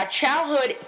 childhood